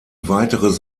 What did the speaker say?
weiteres